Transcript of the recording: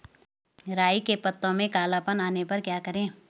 राई के पत्तों में काला पन आने पर क्या करें?